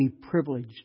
privileged